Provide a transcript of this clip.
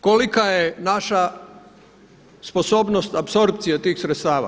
Kolika je naša sposobnost apsorpcije tih sredstava.